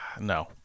no